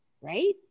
right